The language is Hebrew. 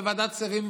בוועדת הכספים,